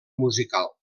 musical